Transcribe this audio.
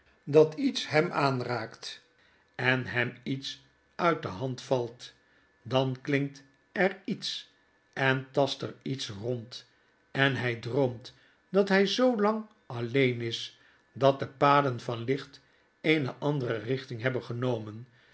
dat iets hem aanraakt en hem iets uit de hand valt danklinkt er iets en tast er iets rond en hij droomt dat hij zoolang alleen is dat de paden vanlicht eene andere richting hebben genomen